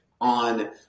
on